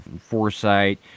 foresight